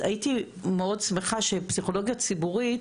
אז הייתי מאוד שמחה שפסיכולוגיה ציבורית